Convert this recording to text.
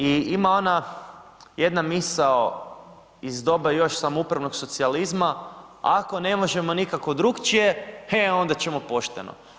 I ima ona jedna misao iz doba još samoupravnog socijalizma: „Ako ne možemo nikako drukčije, he onda ćemo pošteno.